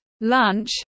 lunch